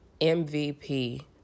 MVP